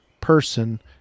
person